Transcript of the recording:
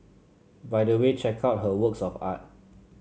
by the way check out her works of art